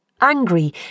Angry